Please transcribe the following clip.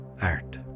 Art